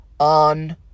on